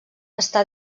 està